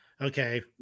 Okay